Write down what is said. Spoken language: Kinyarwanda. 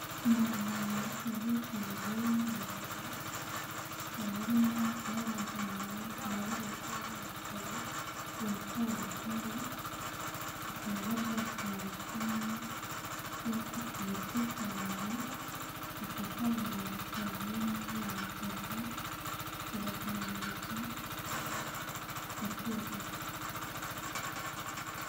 Ni ahantu hari abagore n'abagabo hakaba harimo ab'abaganga bigaragara ko bari mu bitaro bya Kabutare, bakaba bari bafunguye ishami ryitwa Isange, rifasha abantu bahuye n'ihohoterwa bakabaganiriza gake gake.